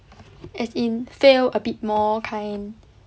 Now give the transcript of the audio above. as in fail a bit more kind